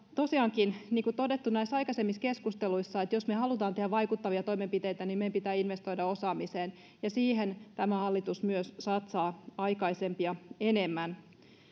tosiaankin niin kuin on todettu näissä aikaisemmissa keskusteluissa että jos me haluamme tehdä vaikuttavia toimenpiteitä niin meidän pitää investoida osaamiseen ja siihen tämä hallitus myös satsaa aikaisempia enemmän